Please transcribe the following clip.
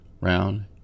round